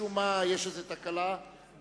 שמשום מה יש איזו תקלה במכשירו.